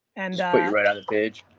and just put you right on the page?